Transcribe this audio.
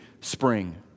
spring